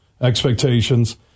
expectations